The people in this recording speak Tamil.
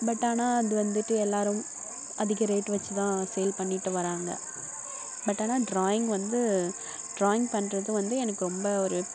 பட் ஆனால் அது வந்துவிட்டு எல்லாரும் அதிக ரேட் வச்சி தான் சேல் பண்ணிகிட்டு வராங்க பட் ஆனால் டிராயிங் வந்து டிராயிங் பண்ணுறதும் வந்து எனக்கு ரொம்ப ஒரு